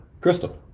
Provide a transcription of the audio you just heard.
Crystal